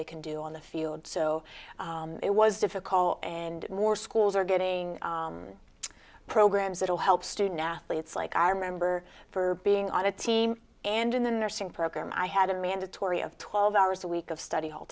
they can do on the field so it was difficult and more schools are getting programs that will help student athletes like i remember for being on a team and in the nursing program i had a mandatory of twelve hours a week of study hall